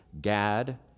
Gad